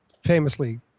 famously